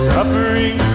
Suffering